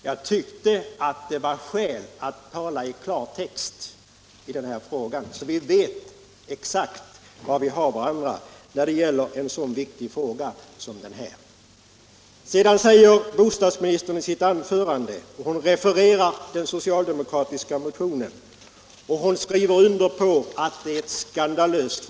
Jag tyckte det var skäl att tala i klartext så att vi vet exakt var vi har varandra när det gäller en så viktig fråga som denna. Bostadsministern refererar i sitt anförande den socialdemokratiska motionen och skriver under på att förhållandena är skandalösa.